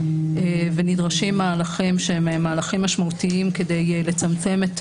אנחנו נמצאים במצב חירום ונדרשים מהלכים משמעותיים כדי לצמצם את